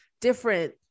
different